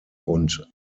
und